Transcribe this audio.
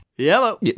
Yellow